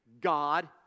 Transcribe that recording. God